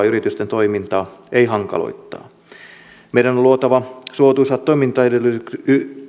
yritysten toimintaa meidän on luotava suotuisat toimintaedellytykset